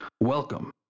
Welcome